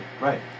Right